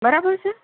બરાબર છે